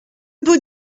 beau